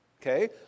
Okay